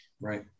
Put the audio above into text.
Right